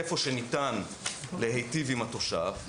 איפה שניתן להיטיב עם התושב,